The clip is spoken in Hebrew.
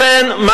לכן,